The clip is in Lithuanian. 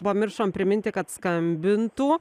pamiršom priminti kad skambintų